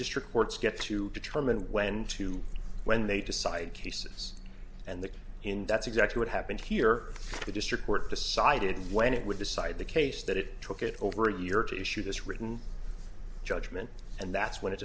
district courts get to determine when to when they decide cases and the in that's exactly what happened here the district court decided when it would decide the case that it took it over a year to issue this written judgment and that's when it